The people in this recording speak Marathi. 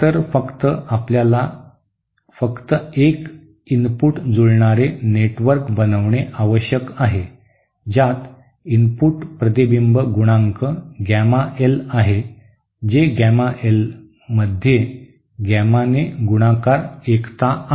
नंतर फक्त आपल्याला फक्त एक इनपुट जुळणारे नेटवर्क बनविणे आवश्यक आहे ज्यात इनपुट प्रतिबिंब गुणांक गॅमा एल आहे जे गॅमा एल मध्ये गॅमा ने गुणाकार एकता आहे